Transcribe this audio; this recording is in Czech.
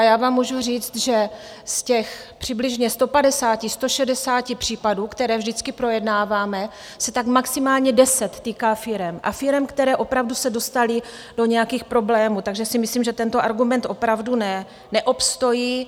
Já vám můžu říct, že z těch přibližně 150, 160 případů, které vždycky projednáváme, se tak maximálně 10 týká firem a firem, které opravdu se dostaly do nějakých problémů, takže si myslím, že tento argument opravdu neobstojí.